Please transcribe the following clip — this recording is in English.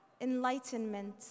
enlightenment